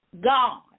God